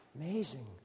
Amazing